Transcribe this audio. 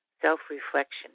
self-reflection